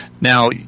Now